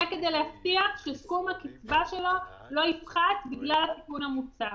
זה כדי להבטיח שסכום הקצבה שלו לא יפחת בגלל התיקון המוצע.